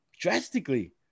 drastically